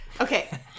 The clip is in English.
Okay